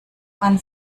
man